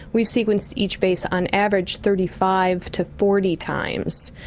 we've sequenced each base on average thirty five to forty times.